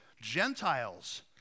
Gentiles